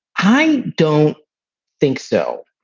i don't think so,